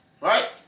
Right